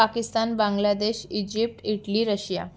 Pakistan Bangladesh Egypt Italy Russia